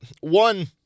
One